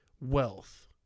wealth